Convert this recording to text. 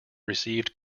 received